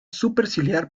superciliar